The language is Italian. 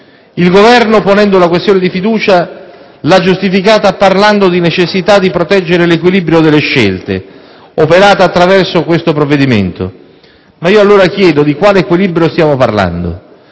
Il Governo, ponendo la questione di fiducia, l'ha giustificata parlando di necessità di proteggere l'equilibrio delle scelte operate attraverso questo provvedimento. Ma io allora chiedo: di quale equilibrio stiamo parlando?